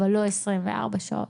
אבל לא 24 שעות.